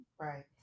Right